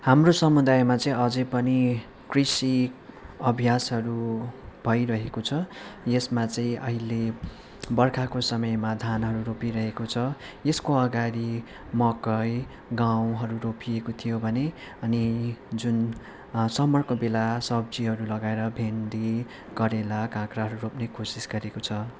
हाम्रो समुदायमा चाहिँ अझै पनि कृषि अभ्यासहरू भइरहेको छ यसमा चाहिँ अहिले बर्खाको समयमा धानहरू रोपिरहेको छ यसको अघाडि मकै गहुँहरू रोपिएको थियो भने अनि जुन समरको बेला सब्जीहरू लगाएर भेन्डी करेला काँक्राहरू रोप्ने कोसिस गरेको छ